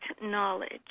knowledge